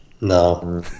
No